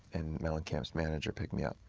and mellencamp's manager picked me up.